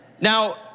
Now